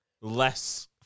less